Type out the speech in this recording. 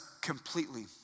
completely